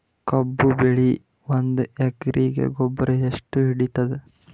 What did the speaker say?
ಕಬ್ಬು ಬೆಳಿ ಒಂದ್ ಎಕರಿಗಿ ಗೊಬ್ಬರ ಎಷ್ಟು ಹಿಡೀತದ?